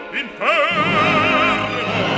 inferno